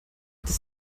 das